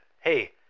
Hey